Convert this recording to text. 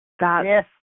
Yes